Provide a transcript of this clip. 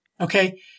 Okay